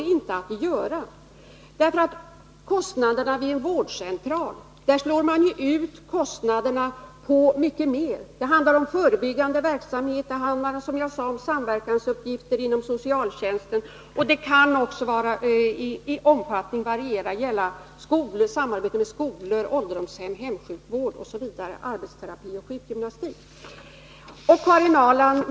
Vid en vårdcentral avser kostnaderna ju mycket mer: Det handlar om förebyggande verksamhet, det handlar om samverkansuppgifter inom socialtjänsten och det kan också i varierande omfattning gälla samarbete med skolor och ålderdomshem, hemsjukvård, arbetsterapi och sjukgymnastik.